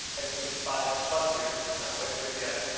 technically five plus years, not quite six yet.